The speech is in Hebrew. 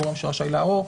מי הגורם שרשאי לערוך.